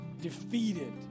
defeated